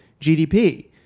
GDP